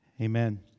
Amen